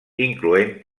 incloent